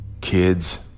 kids